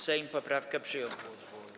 Sejm poprawkę przyjął.